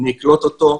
אני אקלוט אותו.